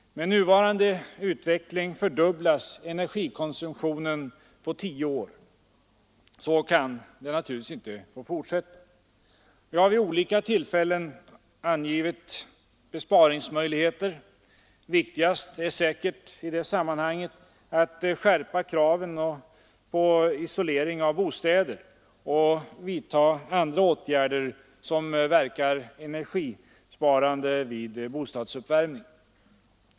Med nuvarande utveckling fördubblas energikonsumtionen på tio år. Så kan det inte fortsätta. Vi har vid olika tillfällen angivit besparingsmöjligheter. Viktigast är säkert i det sammanhanget att skärpa kraven på isolering av bostäder och att vidta andra åtgärder som verkar energibesparande vid bostadsuppvärmning.